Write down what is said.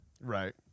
Right